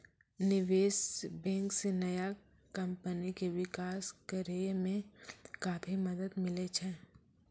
निबेश बेंक से नया कमपनी के बिकास करेय मे काफी मदद मिले छै